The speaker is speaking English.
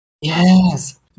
Yes